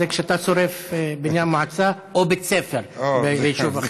זה כשאתה שורף בניין מועצה או בית ספר ביישוב אחר.